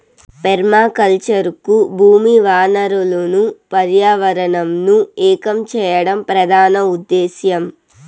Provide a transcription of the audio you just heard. permaculture కు భూమి వనరులను పర్యావరణంను ఏకం చేయడం ప్రధాన ఉదేశ్యం